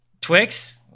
Twix